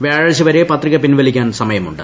വ്യാഴാഴ്ച വരെ പത്രിക പിൻവലിക്കാൻ സമയമുണ്ട്